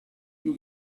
più